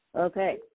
Okay